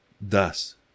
Thus